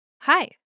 Hi